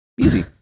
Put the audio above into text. Easy